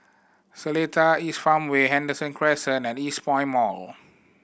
Seletar East Farmway Henderson Crescent and Eastpoint Mall